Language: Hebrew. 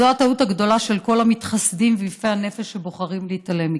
זאת הטעות הגדולה של כל המתחסדים ויפי הנפש שבוחרים להתעלם מכך.